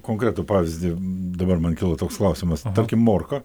konkretų pavyzdį dabar man kilo toks klausimas tarkim morka